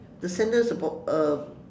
the sandals are about uh